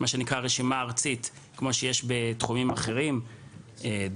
מה שנקרא רשימה ארצית כמו שיש בתחומים אחרים - דוברות,